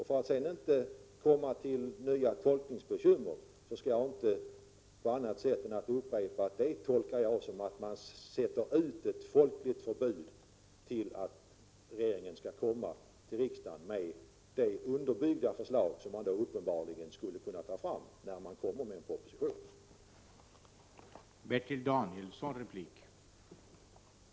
För att sedan inte få nya tolkningsbekymmer skall jag inte kommentera det på annat sätt än genom att upprepa att jag tolkar det så att man sätter upp ett förbud i ordets folkliga mening för regeringen mot att 63 komma till riksdagen med det väl underbyggda förslag som en proposition innebär.